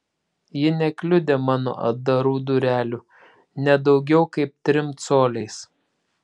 ji nekliudė mano atdarų durelių ne daugiau kaip trim coliais